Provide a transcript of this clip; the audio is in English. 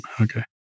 Okay